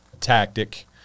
tactic